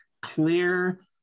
clear